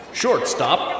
shortstop